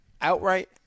Outright